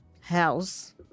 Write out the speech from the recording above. house